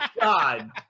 God